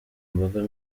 mboga